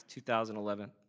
2011